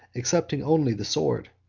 excepting only the sword,